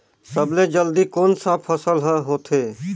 सबले जल्दी कोन सा फसल ह होथे?